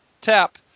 Tap